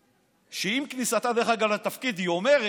שדרך אגב עם כניסתה לתפקיד היא אומרת,